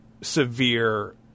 severe